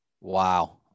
Wow